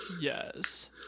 Yes